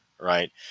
right